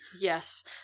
Yes